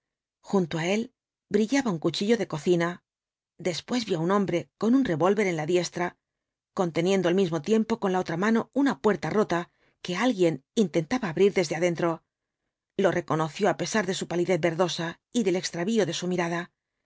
junto á él brillaba un cuchillo de cocina después vio á un hombre con un revólver en la diestra conteniendo al mismo tiempo con la otra mano una puerta rota que alguien intentaba abrir desde adentro lo reconoció á pesar de su palidez verdosa y del extravío de su mirada